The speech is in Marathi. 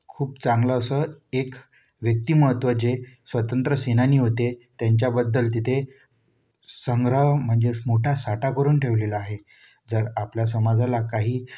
खूप चांगलं असं एक व्यक्तिमत्व जे स्वतंत्र सेनानी होते त्यांच्याबद्दल तिथे संग्रह म्हणजेच मोठा साठा करुन ठेवलेला आहे जर आपल्या समाजाला काही